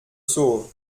sauve